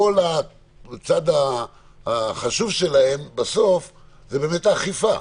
בסוף כל הצד החשוב שלהם זאת באמת האכיפה,